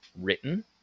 written